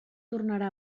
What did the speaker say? tornarà